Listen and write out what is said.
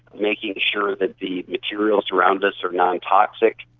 making sure that the materials around us are non-toxic,